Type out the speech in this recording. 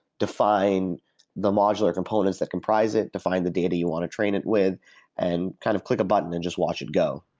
define the modular components that comprise it, define the data you want to train it with and kind of click a button and just watch it go.